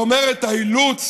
זאת אומרת, האילוץ